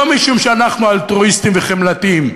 לא משום שאנחנו אלטרואיסטים וחמלתיים,